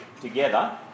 together